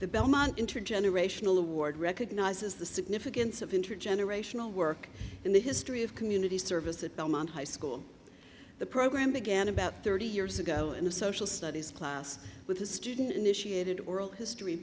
the belmont intergenerational award recognizes the significance of intergenerational work in the history of community service at belmont high school the program began about thirty years ago in the social studies class with the student initiated oral history